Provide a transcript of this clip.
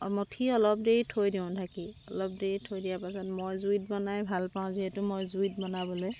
অঁ মঠি অলপ দেৰি থৈ দিওঁ ঢাকি অলপ দেৰি থৈ দিয়াৰ পাছত মই জুইত বনাই ভালপাওঁ যিহেতু মই জুইত বনাবলৈ